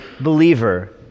believer